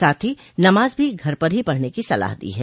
साथ ही नमाज भी घर पर ही पढ़ने की सलाह दी है